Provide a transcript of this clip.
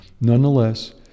Nonetheless